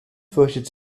fürchtet